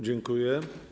Dziękuję.